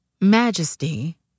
majesty